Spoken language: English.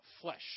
flesh